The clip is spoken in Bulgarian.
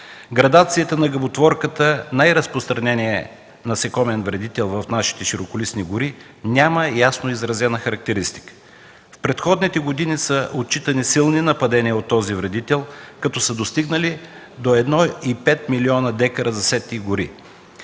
Градацията на гъботворката – най-разпространеният насекомен вредител в нашите широколистни гори, няма ясно изразена характеристика. В предходните години са отчитани силни нападения от този вредител, като са достигнали до 1,5 милиона декара засети гори.